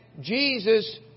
Jesus